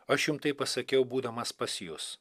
aš jum tai pasakiau būdamas pas jus